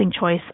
choice